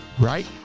right